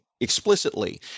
explicitly